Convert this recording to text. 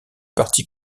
parti